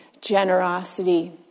generosity